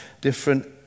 different